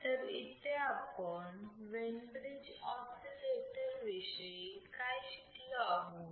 तर इथे आपण वेन ब्रिज ऑसिलेटर विषयी काय शिकलो आहोत